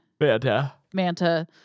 Manta